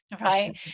right